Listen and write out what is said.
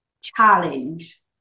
challenge